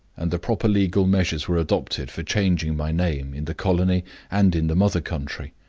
and the proper legal measures were adopted for changing my name in the colony and in the mother country.